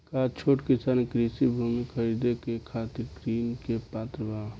का छोट किसान कृषि भूमि खरीदे के खातिर ऋण के पात्र बा?